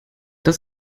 das